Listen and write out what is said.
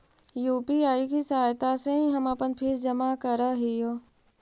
UPI की सहायता से ही हम अपन फीस जमा करअ हियो